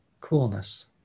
Coolness